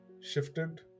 shifted